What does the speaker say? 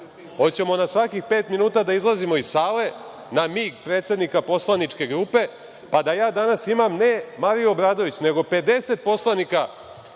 Hoćemo li na svakih pet minuta da izlazimo iz sale na mig predsednika poslaničke grupe, pa da ja danas imam, ne Mariju Obradović, nego 50 poslanika